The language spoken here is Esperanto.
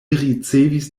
ricevis